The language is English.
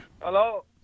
Hello